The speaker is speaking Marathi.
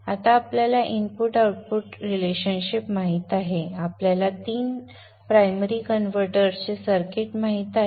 आता आपल्याला इनपुट आउटपुट संबंध माहित आहेत आपल्याला तीन प्रायमरी कन्व्हर्टरचे सर्किट माहित आहे